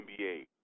NBA